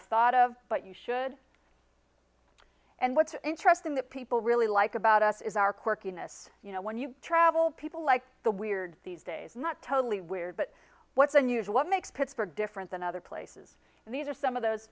have thought of but you should and what's interesting that people really like about us is our quirkiness you know when you travel people like the weird these days not totally weird but what's unusual what makes pittsburgh different than other places and these are some of those